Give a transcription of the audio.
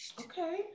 Okay